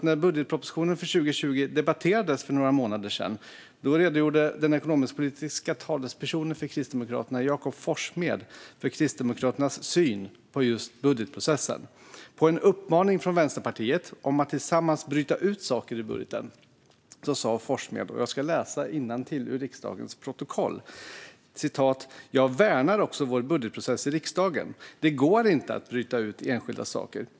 När budgetpropositionen för 2020 debatterades för några månader sedan redogjorde den ekonomisk-politiska talespersonen för Kristdemokraterna, Jakob Forssmed, för Kristdemokraternas syn på just budgetprocessen. Efter en uppmaning från Vänsterpartiet om att tillsammans bryta ut saker ur budgeten sa Forssmed - jag ska läsa innantill ur riksdagens protokoll: "Jag värnar också vår budgetprocess i riksdagen. Det går inte att bryta ut enskilda saker.